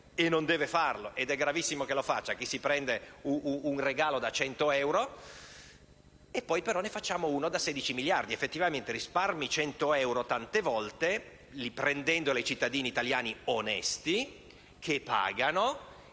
(e non deve farlo, perché è gravissimo che lo faccia) un regalo da 100 euro e, poi, però, ne faccia uno da 16 miliardi. Effettivamente, si risparmiano 100 euro tante volte, riprendendoli ai cittadini italiani onesti che pagano,